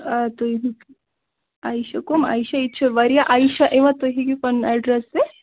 آ تُہۍ عا یشہ کٕم عایشَہ ییٚتہِ چھِ واریاہ عایشَہ یِوان تُہۍ ہٮ۪کو پَنُن اٮ۪ڈرٮ۪س دِتھ